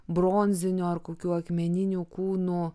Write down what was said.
bronzinių ar kokių akmeninių kūnų